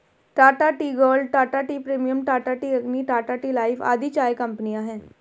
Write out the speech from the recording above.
Tata tea gold, Tata tea premium, Tata tea Agni, Tata tea life आदि चाय कंपनियां है